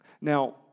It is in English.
Now